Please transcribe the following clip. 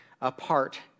apart